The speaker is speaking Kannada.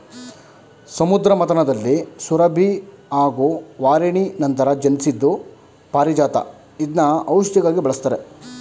ಸಮುದ್ರ ಮಥನದಲ್ಲಿ ಸುರಭಿ ಹಾಗೂ ವಾರಿಣಿ ನಂತರ ಜನ್ಸಿದ್ದು ಪಾರಿಜಾತ ಇದ್ನ ಔಷ್ಧಿಯಾಗಿ ಬಳಸ್ತಾರೆ